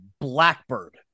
Blackbird